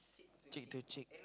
cheek to cheek